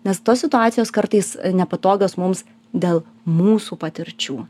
nes tos situacijos kartais nepatogios mums dėl mūsų patirčių